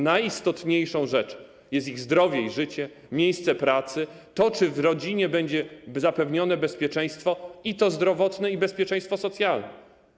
Najistotniejszą rzeczą jest ich zdrowie i życie, miejsce pracy, to, czy w rodzinie będzie zapewnione bezpieczeństwo, i bezpieczeństwo zdrowotne, i bezpieczeństwo socjalne.